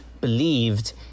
Believed